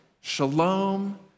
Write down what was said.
shalom